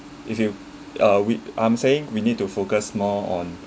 if you uh we I'm saying we need to focus more on